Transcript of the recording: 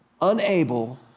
unable